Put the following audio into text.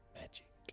Magic